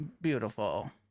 Beautiful